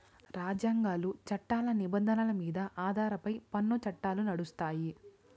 రాజ్యాంగాలు, చట్టాల నిబంధనల మీద ఆధారమై పన్ను చట్టాలు నడుస్తాయి